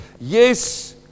Yes